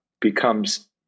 becomes